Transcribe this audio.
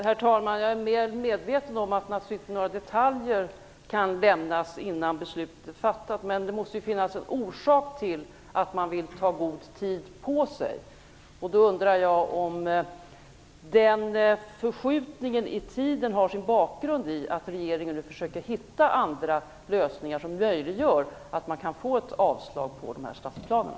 Herr talman! Jag är väl medveten om att några detaljer naturligtvis inte kan lämnas innan beslutet är fattat, men det måste ju finnas en orsak till att man vill ta god tid på sig. Jag undrar då om förskjutningen i tiden har sin grund i att regeringen nu försöker hitta lösningar som gör det möjligt att avslå stadsplanen.